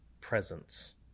presence